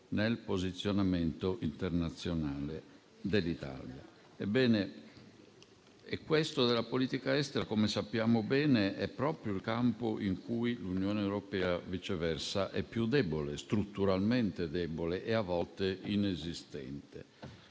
nel posizionamento internazionale dell'Italia. Questo della politica estera - come sappiamo bene - è proprio il campo in cui l'Unione europea, viceversa, è più debole, strutturalmente debole, e a volte inesistente.